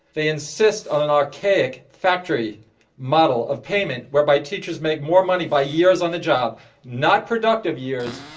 they insist on an archaic factory model of payment whereby teachers make more money by years on the job not productive years,